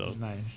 Nice